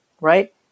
right